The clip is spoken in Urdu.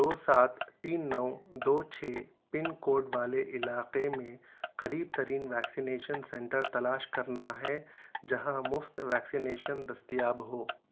دو سات تین نو دو چھ پن کوڈ والے علاقے میں قریب ترین ویکسینیشن سینٹر تلاش کرنا ہے جہاں مفت ویکسینیشن دستیاب ہو